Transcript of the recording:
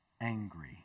angry